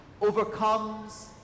overcomes